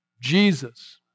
Jesus